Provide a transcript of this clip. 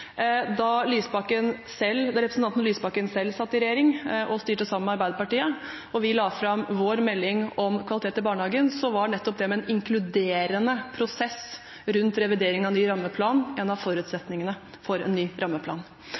Da representanten Lysbakken selv satt i regjering og styrte sammen med Arbeiderpartiet, og vi la fram vår melding om kvalitet i barnehagen, var nettopp det med en inkluderende prosess rundt revidering av ny rammeplan, en av forutsetningene for en ny rammeplan.